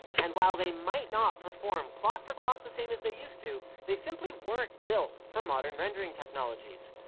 and while they might not perform clock for clock the same as they used to, they simply weren't built for modern rendering technologies.